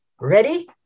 Ready